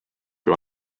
kui